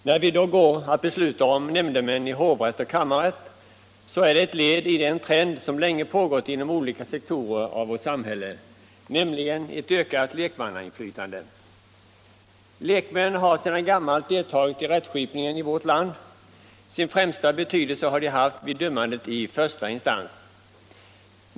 Herr talman! När vi i dag går att besluta om nämndemän i hovrätt och kammarrätt, så är det ett led i den trend som länge pågått inom olika sektorer av vårt samhälle, nämligen ett ökat lekmannainflytande. Lekmän har sedan gammalt deltagit i rättskipningen i vårt land. Sin främsta betydelse har de haft vid dömandet i första instans.